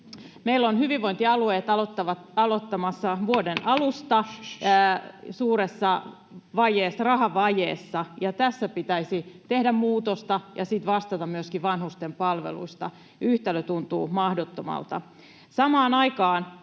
Meillä ovat hyvinvointialueet aloittamassa vuoden alusta suuressa rahavajeessa, ja tässä pitäisi tehdä muutosta ja sitten vastata myöskin vanhusten palveluista — yhtälö tuntuu mahdottomalta.